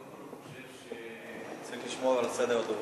קודם כול, אני חושב שצריך לשמור על הסדר הטוב.